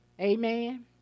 Amen